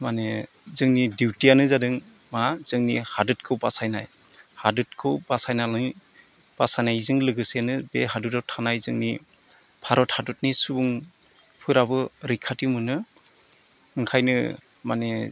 माने जोंनि दिउटियानो जादों मा जोंनि हादोरखौ बासायनाय हादोरखौ बासायनानै बासायनायजों लोगोसेनो बे हादोराव थानाय जोंनि भारत हादरनि सुबुंफोराबो रैखाथि मोनो ओंखायनो माने